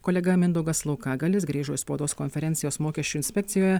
kolega mindaugas laukagalis grįžo iš spaudos konferencijos mokesčių inspekcijoje